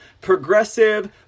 progressive